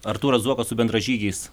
artūras zuokas su bendražygiais